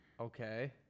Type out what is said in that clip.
Okay